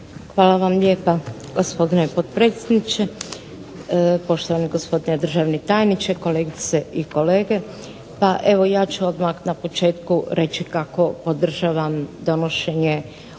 Hvala vam lijepa gospodine potpredsjedniče, poštovani gospodine državni tajniče, kolegice i kolege. Pa evo ja ću odmah na početku reći kako podržavam donošenje oba